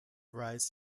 rise